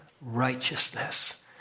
righteousness